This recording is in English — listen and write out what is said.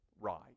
right